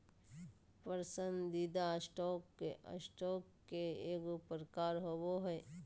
पसंदीदा stock, stock के एगो प्रकार होबो हइ